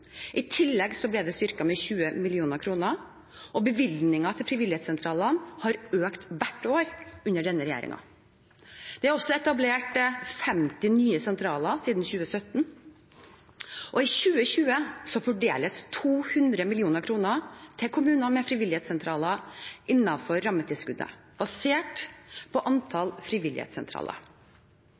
I tillegg ble det styrket med 20 mill. kr. Bevilgningen til frivilligsentralene har økt hvert år under denne regjeringen, og det er etablert 50 nye sentraler siden 2017. I 2020 fordeles 200 mill. kr til kommuner med frivilligsentraler innenfor rammetilskuddet, basert på antall